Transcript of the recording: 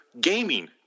gaming